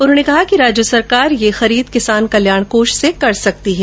उन्होंने कहा कि राज्य सरकार यह खरीद किसान कल्याण कोष से कर सकती है